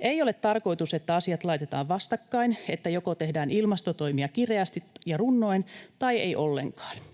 Ei ole tarkoitus, että asiat laitetaan vastakkain niin, että joko tehdään ilmastotoimia kireästi ja runnoen tai ei ollenkaan.